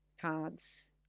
cards